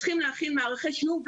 וצריכים להכין מערכי שיעור,